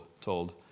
told